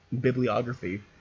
bibliography